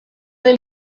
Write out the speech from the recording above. del